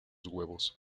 huevos